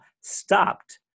stopped